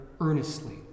earnestly